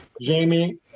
Jamie